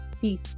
Peace